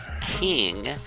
king